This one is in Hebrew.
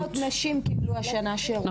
900 נשים קיבלו השנה שירות,